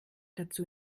dazu